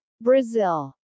Brazil